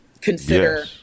consider